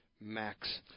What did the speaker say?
max